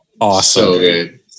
Awesome